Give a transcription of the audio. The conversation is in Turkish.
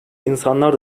insanlar